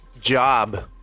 job